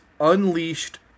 Unleashed